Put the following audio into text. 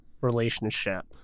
relationship